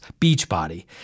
Beachbody